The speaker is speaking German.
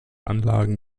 anlagen